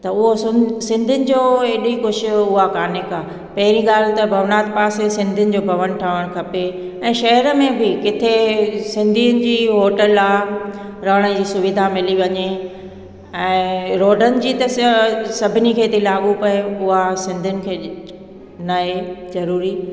त उहो सुन सिंधियुनि जो एॾी कुझु उहा कोन्हे का पहिरीं ॻाल्हि त भवनाथ पासे सिंधियुनि जो भवन ठहणु खपे ऐं शहर में बि किथे सिंधियुनि जी होटल आहे रहण जी सुविधा मिली वञे ऐं रोडनि जी अथसि या सभिनी खे थी लागू पए उहा सिंधियुनि खे नाहे ज़रूरी